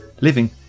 living